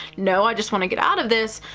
no, i just want to get out of this.